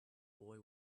boy